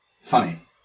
funny